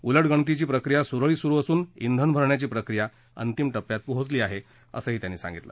उलटगणतीची प्रक्रिया सुरळीत सुरु असून श्विन भरण्याची प्रक्रिया अंतिम टप्प्यात पोहोचली आहे असंही त्यांनी सांगितलं